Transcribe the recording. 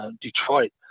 Detroit